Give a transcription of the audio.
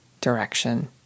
direction